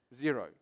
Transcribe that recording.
Zero